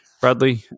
Bradley